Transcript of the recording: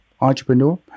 entrepreneur